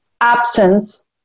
absence